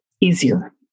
easier